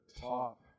top